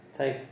take